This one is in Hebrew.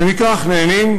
ומכך נהנים,